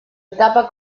etapa